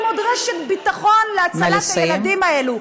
אנחנו רק שמים עוד רשת ביטחון להצלת הילדים האלה.